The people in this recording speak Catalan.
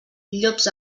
llops